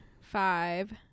five